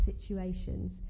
situations